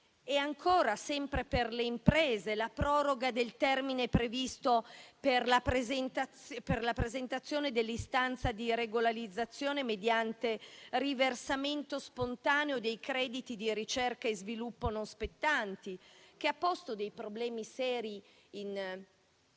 E ancora, sempre per le imprese, c'è la proroga del termine previsto per la presentazione dell'istanza di regolarizzazione mediante riversamento spontaneo dei crediti di ricerca e sviluppo non spettanti, che ha posto dei problemi seri in